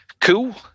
Cool